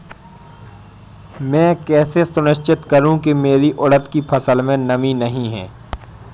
मैं कैसे सुनिश्चित करूँ की मेरी उड़द की फसल में नमी नहीं है?